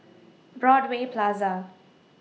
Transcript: Broadway Plaza